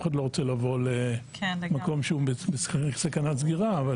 אחד לא רוצה לבוא למקום שהוא בסכנת סגירה.